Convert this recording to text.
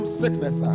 sickness